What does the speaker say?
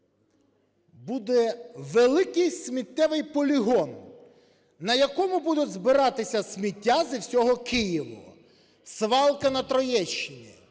буде великий сміттєвий полігон, на якому буде збиратися сміття зі всього Києва. Свалка на Троєщині.